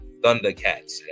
Thundercats